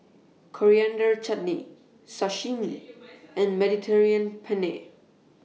Coriander Chutney Sashimi and Mediterranean Penne